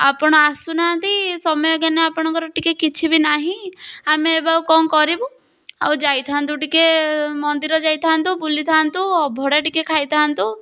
ଆପଣ ଆସୁନାହାନ୍ତି ସମୟ ଜ୍ଞାନ ଆପଣଙ୍କର ଟିକେ କିଛି ବି ନାହିଁ ଆମେ ଏବେ ଆଉ କ'ଣ କରିବୁ ଆଉ ଯାଇଥାଆନ୍ତୁ ଟିକେ ମନ୍ଦିର ଯାଇଥାଆନ୍ତୁ ବୁଲିଥାଆନ୍ତୁ ଅବଢ଼ା ଟିକେ ଖାଇଥାଆନ୍ତୁ